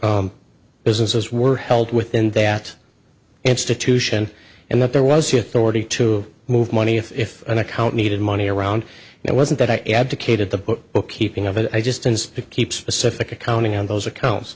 businesses were held within that institution and that there was the authority to move money if an account needed money around and it wasn't that i advocated the bookkeeping of it i just and to keep specific accounting on those accounts